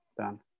done